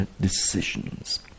decisions